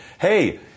Hey